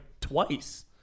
twice